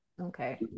okay